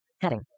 heading